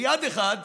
ביד אחת